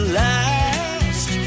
last